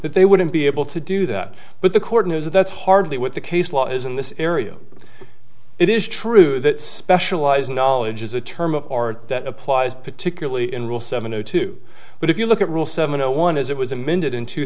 that they wouldn't be able to do that but the court has that's hardly what the case law is in this area it is true that specialized knowledge is a term of art that applies particularly in real seven o two but if you look at rule seven one as it was amended in two